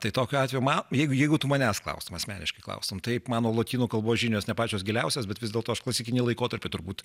tai tokiu atveju man jeigu jeigu tu manęs klaustum asmeniškai klaustum taip mano lotynų kalbos žinios ne pačios giliausios bet vis dėlto aš klasikinį laikotarpį turbūt